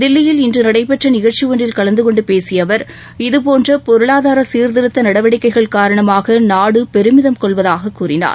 தில்லியில் இன்று நடைபெற்ற நிகழ்ச்சி ஒன்றில் கலந்துகொண்டு பேசிய அவர் இதுபோன்ற பொருளாதார சீர்திருத்த நடவடிக்கைகள் காரணமாக நாடு பெருமிதம் கொள்வதாக கூறினார்